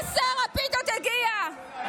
הינה שר הפיתות הגיע.